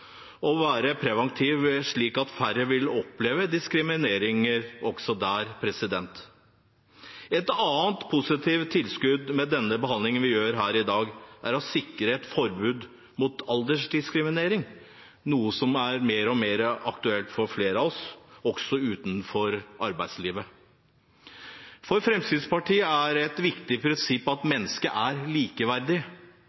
å være preventivt slik at færre vil oppleve diskriminering. Et annet positivt tilskudd med den behandlingen vi gjør her i dag, er å sikre et forbud mot aldersdiskriminering, noe som blir mer og mer aktuelt for flere av oss, også utenfor arbeidslivet. For Fremskrittspartiet er et viktig prinsipp at